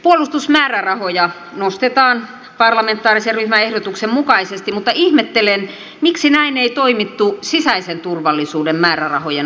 puolustusmäärärahoja nostetaan parlamentaarisen ryhmän ehdotuksen mukaisesti mutta ihmettelen miksi näin ei toimittu sisäisen turvallisuuden määrärahojen osalta